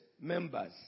members